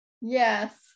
Yes